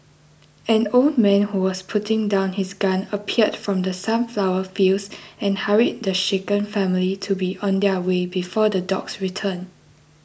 an old man who was putting down his gun appeared from the sunflower fields and hurried the shaken family to be on their way before the dogs return